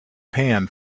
pan